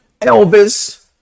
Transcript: elvis